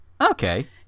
Okay